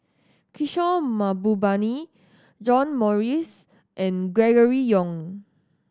Kishore Mahbubani John Morrice and Gregory Yong